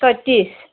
ছয়ত্ৰিশ